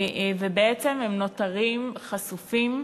ובעצם הם נותרים חשופים,